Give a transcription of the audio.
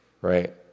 right